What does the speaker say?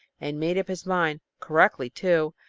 and made up his mind, correctly, too,